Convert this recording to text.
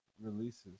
releases